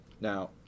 Now